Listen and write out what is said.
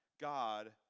God